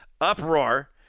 uproar